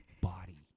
body